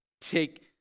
take